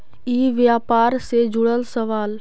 ई व्यापार से जुड़ल सवाल?